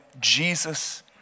Jesus